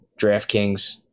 DraftKings